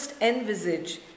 envisage